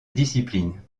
discipline